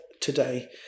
today